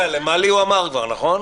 למטי אמרת?